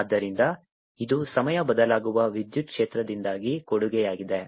ಆದ್ದರಿಂದ ಇದು ಸಮಯ ಬದಲಾಗುವ ವಿದ್ಯುತ್ ಕ್ಷೇತ್ರದಿಂದಾಗಿ ಕೊಡುಗೆಯಾಗಿದೆ